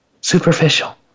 superficial